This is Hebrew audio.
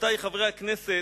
רבותי חברי הכנסת,